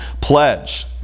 pledge